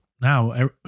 now